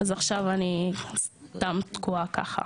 אז עכשיו אני סתם תקועה ככה.